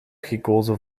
gekozen